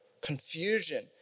confusion